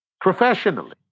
professionally